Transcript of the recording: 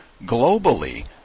globally